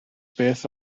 beth